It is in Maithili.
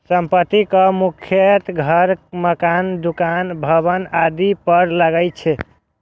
संपत्ति कर मुख्यतः घर, मकान, दुकान, भवन आदि पर लागै छै